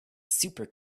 super